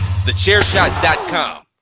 TheChairShot.com